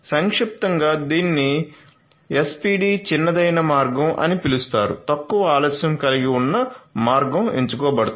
సంక్షిప్తంగా దీనిని ఎస్పిడి చిన్నదైన మార్గం అని పిలుస్తారు తక్కువ ఆలస్యం కలిగి ఉన్న మార్గం ఎంచుకోబడుతుంది